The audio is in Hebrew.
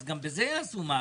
אז גם בזה יעשו מהפכה.